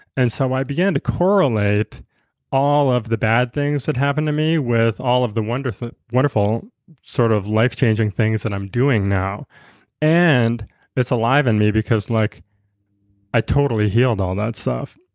and so i began to correlate all of the bad things that happened to me with all of the wonderful wonderful sort of life changing things that i'm doing now and it's alive in and me because like i totally healed all that stuff.